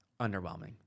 Underwhelming